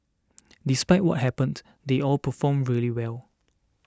despite what happened they all performed really well